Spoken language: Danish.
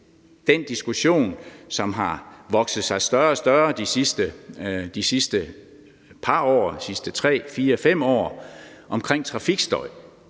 den diskussion, som har vokset sig større og større de sidste 3, 4, 5 år, omkring trafikstøj,